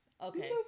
Okay